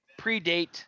predate